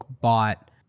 bought